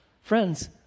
friends